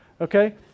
Okay